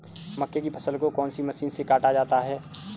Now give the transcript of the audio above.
मक्के की फसल को कौन सी मशीन से काटा जाता है?